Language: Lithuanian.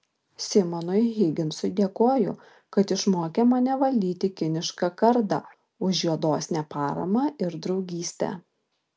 simonui higginsui dėkoju kad išmokė mane valdyti kinišką kardą už jo dosnią paramą ir draugystę